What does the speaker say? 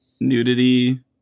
Nudity